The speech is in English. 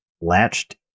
latched